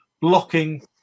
blocking